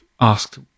asked